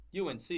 UNC